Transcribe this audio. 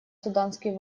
суданские